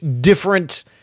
different